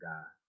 God